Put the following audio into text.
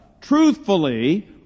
truthfully